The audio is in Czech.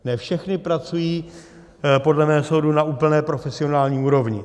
ne všechny pracují podle mého soudu na úplné profesionální úrovni.